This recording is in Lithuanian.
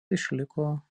išliko